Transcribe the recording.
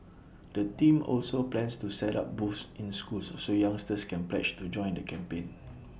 the team also plans to set up booths in schools so youngsters can pledge to join the campaign